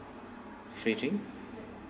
free drink